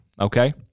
okay